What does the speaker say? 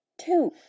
two